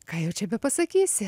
ką jau čia bepasakysi